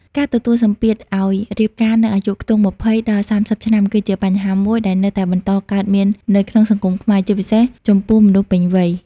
ការទទួលសម្ពាធឲ្យរៀបការនៅអាយុខ្ទង់ ២០ ដល់ ៣០ ឆ្នាំ គឺជាបញ្ហាមួយដែលនៅតែបន្តកើតមាននៅក្នុងសង្គមខ្មែរ ជាពិសេសចំពោះមនុស្សពេញវ័យ។